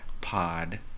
pod